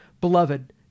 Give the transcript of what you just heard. Beloved